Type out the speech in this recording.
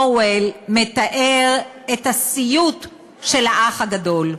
אורוול מתאר את הסיוט של האח הגדול.